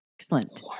Excellent